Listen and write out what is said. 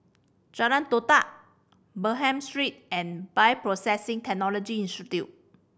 Jalan Todak Bernam Street and Bioprocessing Technology Institute